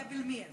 מיאה בל-מיאה.